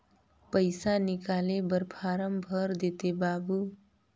पइसा निकाले बर फारम भर देते बाबु?